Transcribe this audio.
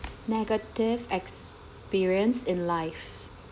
negative experience in life